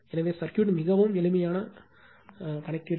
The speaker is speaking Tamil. எனவே சர்க்யூட் மிகவும் எளிமையான விஷயம்